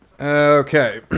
Okay